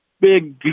big